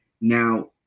Now